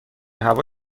هوا